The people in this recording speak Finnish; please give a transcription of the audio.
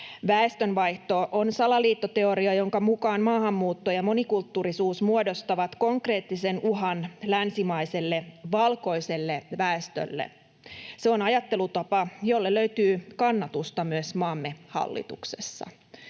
Väestönvaihto on salaliittoteoria, jonka mukaan maahanmuutto ja monikulttuurisuus muodostavat konkreettisen uhan länsimaiselle valkoiselle väestölle. Se on ajattelutapa, jolle löytyy kannatusta myös maamme hallituksessa.